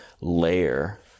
layer